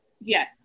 Yes